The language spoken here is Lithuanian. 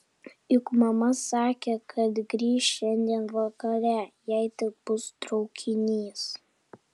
juk mama sakė kad grįš šiandien vakare jei tik bus traukinys